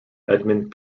edmund